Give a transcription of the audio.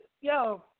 yo